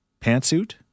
pantsuit